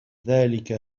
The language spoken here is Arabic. ذلك